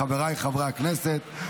חבריי חברי הכנסת,